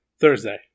Thursday